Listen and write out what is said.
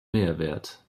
mehrwert